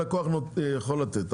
הלקוח יכול לתת,